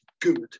good